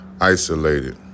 isolated